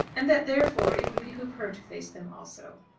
and that therefore it would behove her to face them also.